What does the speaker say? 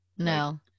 No